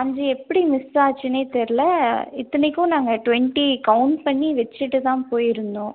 அது எப்படி மிஸ் ஆச்சுன்னே தெரில இத்தனைக்கும் நாங்கள் ட்வெண்ட்டி கவுண்ட் பண்ணி வச்சிட்டு தான் போயிருந்தோம்